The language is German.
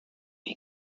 wie